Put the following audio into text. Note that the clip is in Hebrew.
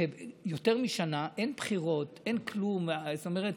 כשכבר יותר משנה אין בחירות ואין כלום, זאת אומרת